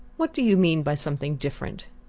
what do you mean by something different?